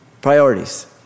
Priorities